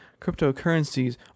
cryptocurrencies